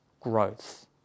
growth